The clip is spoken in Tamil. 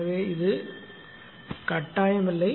எனவே இது கட்டாயமில்லை